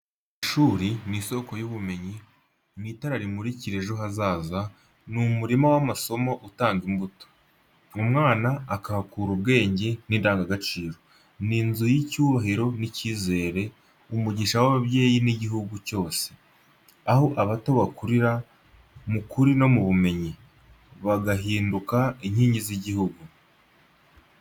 Ishuri ni isoko y'ubumenyi, ni itara rimurikira ejo hazaza, ni umurima w’amasomo utanga imbuto. Umwana akahakura ubwenge n’indangagaciro. Ni inzu y’icyubahiro n’icyizere, umugisha w’ababyeyi n’igihugu cyose, aho abato bakurira mu kuri no mu bumenyi, bagahinduka inkingi z’igihugu.